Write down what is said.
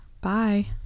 Bye